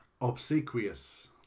Obsequious